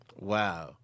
Wow